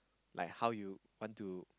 like how you want to